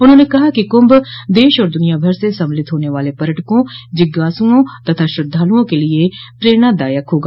उन्होंने कहा कि कुंभ देश और दुनियाभर से सम्मिलित होने वाले पर्यटकों जिज्ञासुओं तथा श्रद्धालुओं के लिये प्रेरणादायक होगा